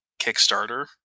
Kickstarter